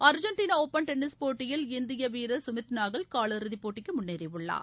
Argentina open tennis போட்டியில் இந்திய வீரர் சுமித் நகல் காலிறுதி போட்டிக்கு முன்னேறியுள்ளார்